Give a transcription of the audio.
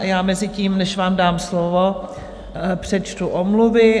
Já mezitím, než vám dám slovo, přečtu omluvy.